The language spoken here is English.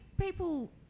people